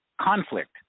conflict